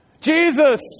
Jesus